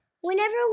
whenever